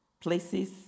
places